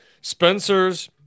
Spencer's